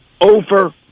over-